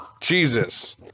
Jesus